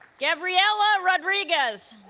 gabriella rodriguez